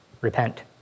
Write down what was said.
Repent